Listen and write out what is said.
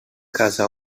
casa